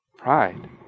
Pride